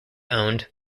owned